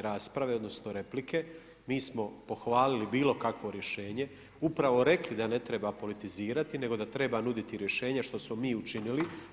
rasprave odnosno replike, mi smo pohvalili bilo kakvo rješenje, upravo rekli da ne treba politizirati nego da treba nuditi rješenje što smo mi učinili.